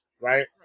right